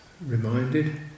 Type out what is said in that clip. reminded